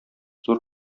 зур